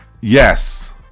Yes